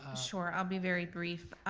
sure, i'll be very brief.